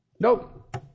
Nope